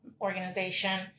organization